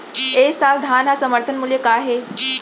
ए साल धान के समर्थन मूल्य का हे?